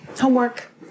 Homework